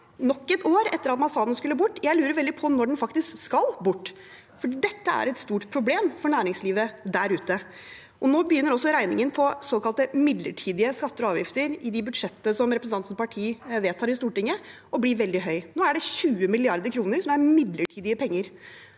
nok et år etter at man sa den skulle bort. Jeg lurer veldig på når den faktisk skal bort, for dette er et stort problem for næringslivet der ute. Nå begynner også regningen på såkalt midlertidige skatter og avgifter i de budsjettene som representantens parti vedtar i Stortinget, å bli veldig høy. Nå er det 20 mrd. kr som er midlertidige penger.